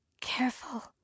careful